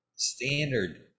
standard